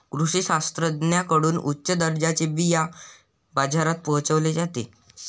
कृषी शास्त्रज्ञांकडून उच्च दर्जाचे बिया बाजारात पोहोचवले जाते